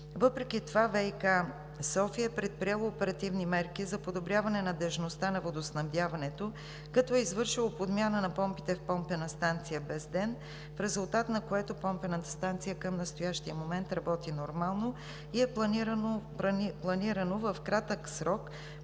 Въпреки това ВиК – София, е предприело оперативни мерки за подобряване надеждността на водоснабдяването, като е извършило подмяна на помпите в помпена станция Безден, в резултат на което помпената станция към настоящия момент работи нормално и е планирана в кратък срок